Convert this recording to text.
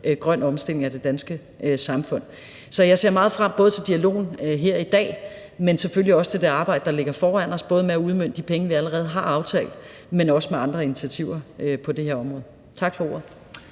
grøn omstilling af det danske samfund. Så jeg ser meget frem til både debatten her i dag, men selvfølgelig også til det arbejde, der ligger foran os, både med at udmønte de penge, vi allerede har aftalt, men også med andre initiativer på det her område. Tak for ordet.